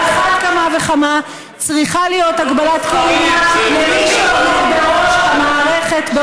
על אחת כמה וכמה צריכה להיות הגבלת כהונה למי שעומד בראש המערכת,